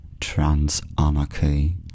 trans-anarchy